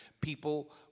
people